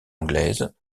anglaise